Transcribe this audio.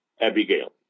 Abigail